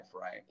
Right